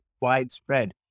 widespread